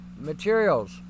materials